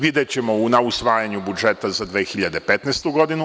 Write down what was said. Videćemo na usvajanju budžeta za 2015. godinu.